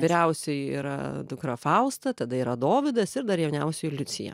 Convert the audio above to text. vyriausioji yra dukra fausta tada yra dovydas ir dar jauniausioji liucija